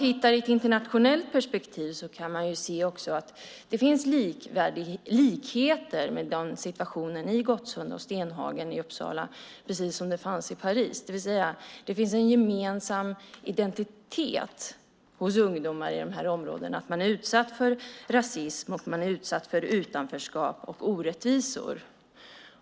I ett internationellt perspektiv kan man se att det finns likheter mellan situationen i Gottsunda och Stenhagen i Uppsala och situationen utanför Paris. Det finns en gemensam identitet hos ungdomar i de här områdena. Man är utsatt för rasism, utanförskap och orättvisor.